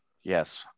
yes